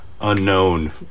unknown